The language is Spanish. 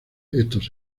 estos